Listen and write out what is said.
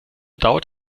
dauert